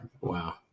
wow